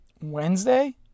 wednesday